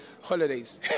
holidays